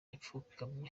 yapfukamye